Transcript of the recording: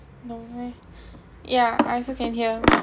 no way ya I also can hear